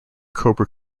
cobra